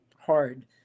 hard